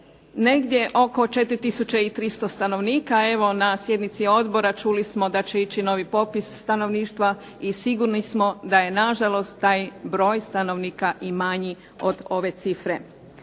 negdje oko 4 300 stanovnika. Evo na sjednici odbora čuli smo da će ići novi popis stanovništva i sigurni smo da je nažalost taj broj stanovnika i manji od ove cifre.